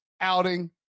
outing